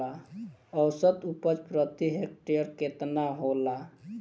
औसत उपज प्रति हेक्टेयर केतना होला?